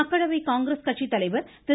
மக்களவை காங்கிரஸ் கட்சி தலைவர் திரு